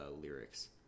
lyrics